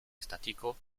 estático